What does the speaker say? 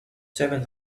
seven